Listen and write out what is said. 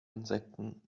insekten